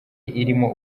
irimo